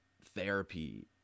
therapy